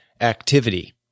activity